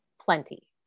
plenty